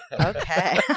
Okay